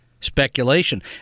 speculation